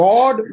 God